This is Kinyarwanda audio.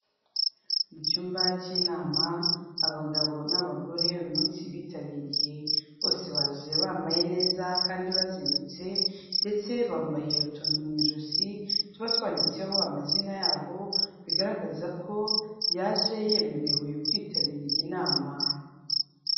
Mu cyumba cy'inama, abagabo n'abagore uyu munsi bitabiriye, bose baje bambaye neza kandi bazindutse ndetse bambaye utuntu mu ijosi tuba twanditseho amazina yabo, bigaragaza ko yaje yemerewe kwitabira iyi nama.